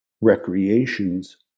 recreations